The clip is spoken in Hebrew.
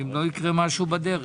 יקרה משהו בדרך.